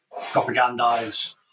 propagandize